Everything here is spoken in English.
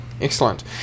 Excellent